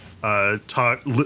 talk